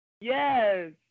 Yes